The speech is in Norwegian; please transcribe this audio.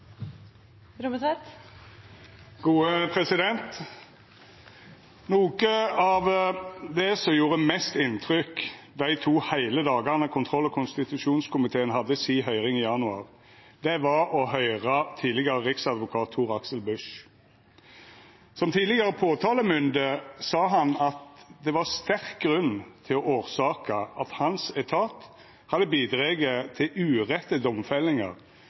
Noko av det som gjorde mest inntrykk dei to heile dagane kontroll- og konstitusjonskomiteen hadde høyring i januar, var å høyra tidlegare riksadvokat Tor-Aksel Busch. Som tidlegare påtalemynde sa han at det var sterk grunn til å orsaka at hans etat hadde bidrege til urette domfellingar